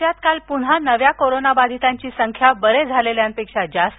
राज्यात काल प्न्हा नव्या कोरोनाबाधितांची संख्या बरे झालेल्यांपेक्षा जास्त